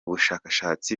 bushakashatsi